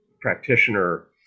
practitioner